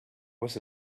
was